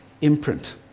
imprint